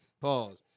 Pause